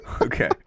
Okay